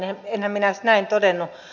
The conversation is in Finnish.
enhän minä näin todennut